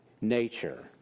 nature